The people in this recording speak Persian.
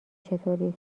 چطوری